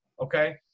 Okay